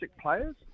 players